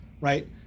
Right